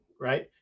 right